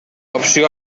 opció